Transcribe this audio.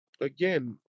again